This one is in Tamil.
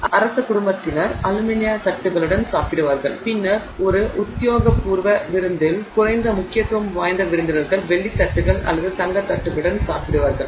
எனவே அரச குடும்பத்தினர் அலுமினிய தட்டுகளுடன் சாப்பிடுவார்கள் பின்னர் ஒரு உத்தியோகபூர்வ விருந்தில் குறைந்த முக்கியத்துவம் வாய்ந்த விருந்தினர்கள் வெள்ளி தட்டுகள் அல்லது தங்கத் தட்டுகளுடன் சாப்பிடுவார்கள்